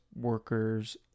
workers